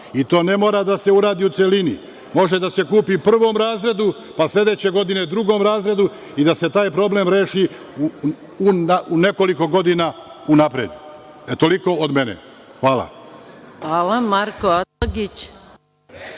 i to ne mora da se uradi u celini, može da se kupi prvom razredu, pa sledeće godine drugom razredu i da se taj problem reši u nekoliko godina unapred. Toliko od mene, hvala.(Saša Radulović: